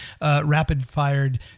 rapid-fired